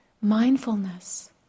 mindfulness